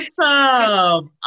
Awesome